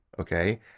Okay